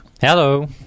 Hello